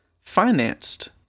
financed